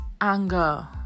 anger